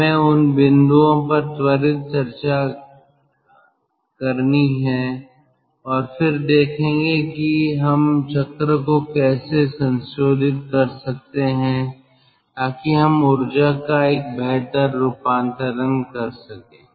हमें उन बिंदुओं पर त्वरित चर्चा करेंगे और फिर देखेंगे कि हम चक्र को कैसे संशोधित कर सकते हैं ताकि हम ऊर्जा का एक बेहतर रूपांतरण कर सकें